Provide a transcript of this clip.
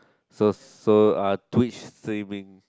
so so uh twitch savings